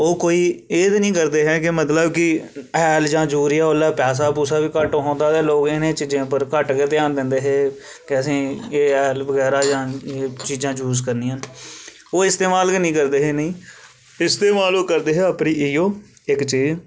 ओह् कोई एह् ते नेईं करदे हे मतलब कि हैल जां यूरिया उसलै पैसा पुसा बी घट्ट होंदा हा ते लोक इटनें चीज़े उप्पर घट्ट गै ध्यान दिंदे हे कि असें एह् हैल बगैरा जां एह् चीज़ा यूस करनियां ना ओह् इस्तेमाल गै नेई करदे हे इटनेंगी इस्तेमाल करदे है अपनी इटयो इक चीज़